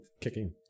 kicking